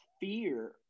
fear